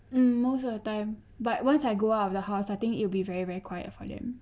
mm most of the time but once I go out of the house I think it'll be very very quiet for them